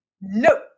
No